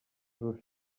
dels